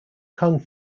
kung